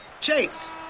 Chase